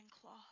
cloth